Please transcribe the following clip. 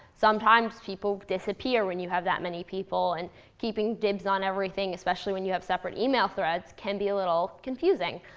sometimes, people disappear when you have that many people. and keeping dibs on everything, especially when you have separate email threads, can be a little confusing.